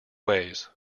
ways